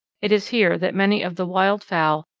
it is here that many of the wild fowl,